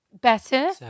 better